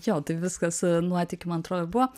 jo tai viskas nuotykia man atrodo ir buvo